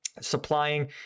supplying